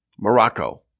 Morocco